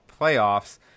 playoffs